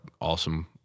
awesome